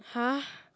!huh!